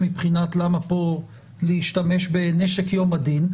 מבחינת למה פה להשתמש בנשק יום הדין,